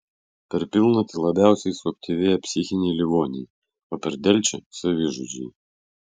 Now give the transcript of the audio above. per pilnatį labiausiai suaktyvėja psichiniai ligoniai o per delčią savižudžiai